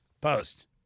Post